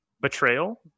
betrayal